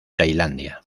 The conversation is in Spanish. tailandia